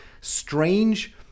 strange